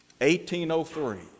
1803